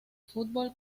fútbol